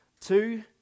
two